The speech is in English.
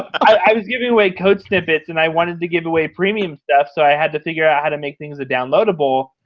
i was giving away code snippets, and i wanted to give away premium stuff, so i had to figure out how to make things downloadable.